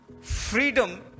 Freedom